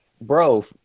bro